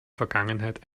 vergangenheit